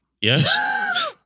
Yes